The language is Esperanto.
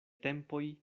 tempoj